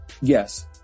Yes